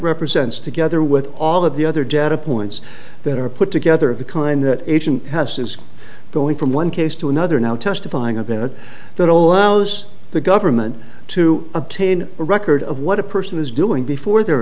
represents together with all of the other data points that are put together of the kind that agent has is going from one case to another now testifying a bit that allows the government to obtain a record of what a person is doing before they're